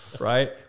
Right